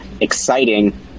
exciting